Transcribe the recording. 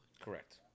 Correct